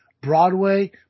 Broadway